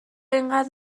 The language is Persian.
اینقدر